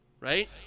right